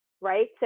right